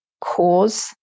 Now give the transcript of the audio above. cause